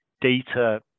data